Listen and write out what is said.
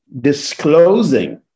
disclosing